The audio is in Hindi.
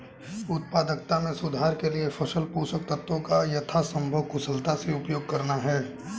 उत्पादकता में सुधार के लिए फसल पोषक तत्वों का यथासंभव कुशलता से उपयोग करना है